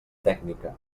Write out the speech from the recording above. tècnica